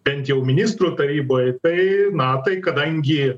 bent jau ministrų taryboj tai na tai kadangi